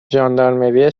ژاندارمری